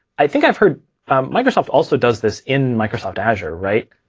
i think i've heard microsoft also does this in microsoft azure, right?